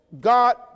God